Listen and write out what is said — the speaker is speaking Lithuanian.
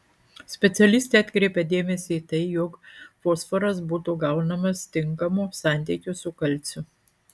specialistė atkreipia dėmesį į tai jog fosforas būtų gaunamas tinkamu santykiu su kalciu